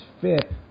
FIP